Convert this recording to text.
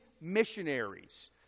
missionaries